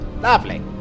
Lovely